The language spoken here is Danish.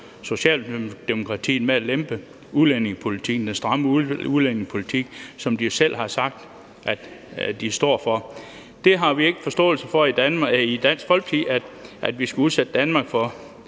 Socialdemokratiet med at lempe udlændingepolitikken, den stramme udlændingepolitik, som de selv har sagt at de står for? Vi har i Dansk Folkeparti ikke forståelse for, at vi skal udsætte Danmark for